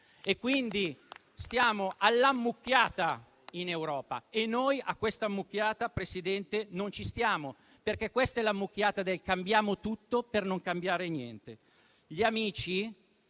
Siamo all'ammucchiata in Europa e noi a questa ammucchiata, Presidente, non ci stiamo. Questa è l'ammucchiata del "cambiamo tutto per non cambiare niente".